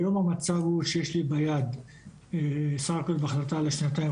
היום המצב הוא שיש לי ביד סך הכל בהחלטה לשנתיים